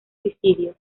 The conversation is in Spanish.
suicidio